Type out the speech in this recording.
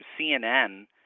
CNN